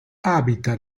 abita